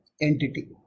entity